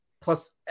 plus